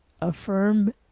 affirm